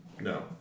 No